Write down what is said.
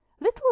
Little